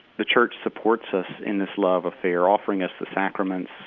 the church supports us in this love affair, offering us the sacraments,